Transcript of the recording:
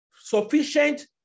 Sufficient